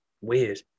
weird